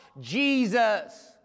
Jesus